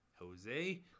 Jose